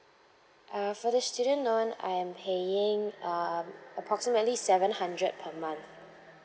uh for the student loan I'm paying um approximately seven hundred per month